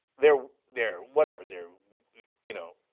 they're, they're whatever, they're, you know.